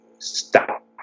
stop